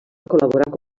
col·laborar